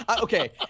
okay